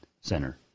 Center